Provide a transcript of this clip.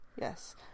Yes